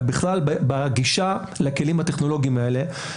אלא בכלל בגישה לכלים הטכנולוגיים האלה.